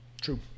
true